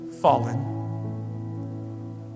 fallen